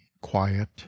quiet